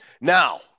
now